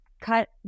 cut